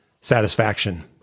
satisfaction